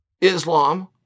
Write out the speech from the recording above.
Islam